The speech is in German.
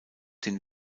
den